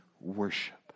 worship